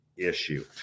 issue